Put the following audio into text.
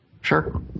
Sure